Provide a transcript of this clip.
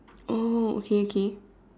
oh okay okay